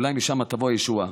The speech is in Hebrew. אולי משם תבוא הישועה.